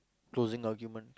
closing argument